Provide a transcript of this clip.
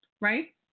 right